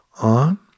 on